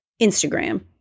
Instagram